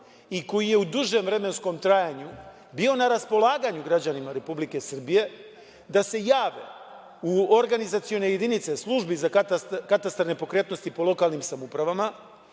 i koji je u dužem vremenskom trajanju bio na raspolaganju građanima Republike Srbije da se jave u organizacione jedinice službi za katastar nepokretnosti po lokalnim samoupravama,